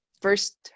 first